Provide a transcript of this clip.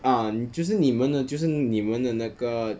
uh 就是你们的就是你们的那个